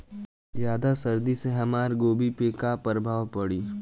ज्यादा सर्दी से हमार गोभी पे का प्रभाव पड़ी?